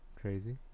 Crazy